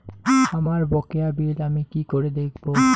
আমার বকেয়া বিল আমি কি করে দেখব?